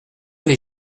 les